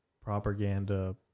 propaganda